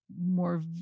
more